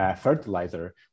fertilizer